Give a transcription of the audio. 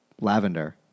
Lavender